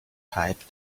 pipe